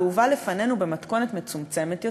והובא בפנינו במתכונת מצומצמת יותר,